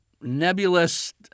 nebulous